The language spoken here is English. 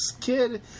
kid